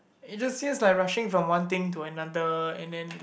it just seems like rushing from one thing to another and then